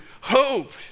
Hope